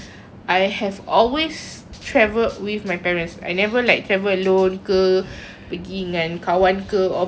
I have always travelled with my parents I never like travel alone ke pergi dengan kawan ke or pergi